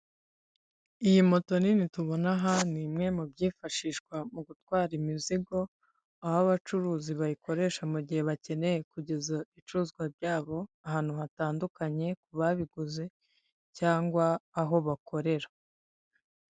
Iyi moto nini tubona aha ni imwe mu byifashishwa mu gutwara imizigo aho abacuruzi bayikoresha mu gihe bakeneye kugeza ibicuruzwa byabo ahantu hatandukanye ku babiguze cyangwa aho bakorera.